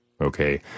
okay